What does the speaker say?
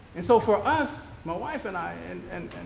and so for us, my wife and i and and